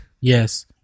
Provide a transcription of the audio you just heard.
yes